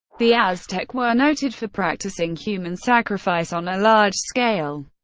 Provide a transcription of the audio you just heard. the aztec were noted for practicing human sacrifice on a large scale.